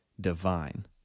divine